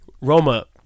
Roma